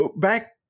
back